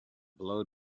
blow